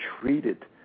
treated